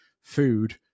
food